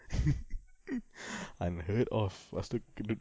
unheard of lepas tu kena